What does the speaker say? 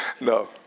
No